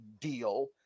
deal